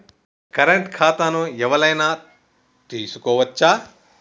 Current ఖాతాను ఎవలైనా తీసుకోవచ్చా?